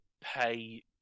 pay